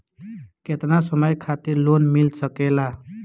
केतना समय खातिर लोन मिल सकेला?